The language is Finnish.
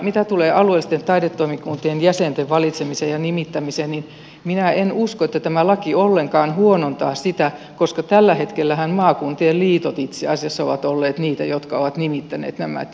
mitä tulee alueellisten taidetoimikuntien jäsenten valitsemiseen ja nimittämiseen niin minä en usko että tämä laki ollenkaan huonontaa sitä koska tällähän hetkellä maakuntien liitot itse asiassa ovat olleet niitä jotka ovat nimittäneet nämä